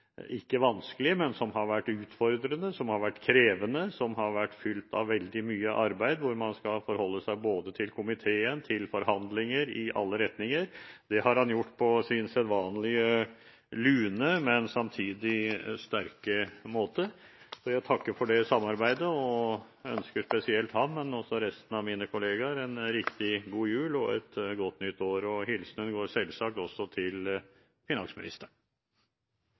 som har vært fylt av veldig mye arbeid hvor man skal forholde seg både til komiteen og til forhandlinger i alle retninger. Det har han gjort på sin sedvanlig lune, men samtidig sterke måte. Så jeg takker for det samarbeidet og ønsker spesielt ham, men også resten av mine kolleger en riktig god jul og et godt nytt år. Hilsenen går selvsagt også til finansministeren.